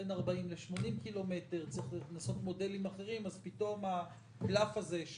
בין 40 ל-80 ק"מ צריכים להיות מודלים אחרים אז פתאום הקלף הזה,